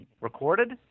Recorded